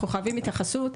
אנחנו חייבים התייחסות,